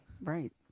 Right